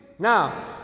Now